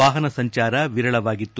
ವಾಹನ ಸಂಚಾರ ವಿರಳವಾಗಿತ್ತು